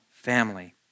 family